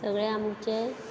सगळे आमचे